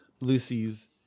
Lucy's